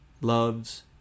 loves